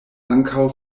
ankaŭ